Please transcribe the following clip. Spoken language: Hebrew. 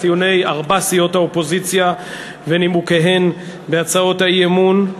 את טיעוני ארבע סיעות האופוזיציה ונימוקיהן בהצעות האי-אמון.